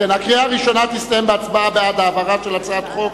הקריאה הראשונה תסתיים בהצבעה בעד העברה של הצעת חוק.